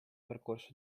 percorso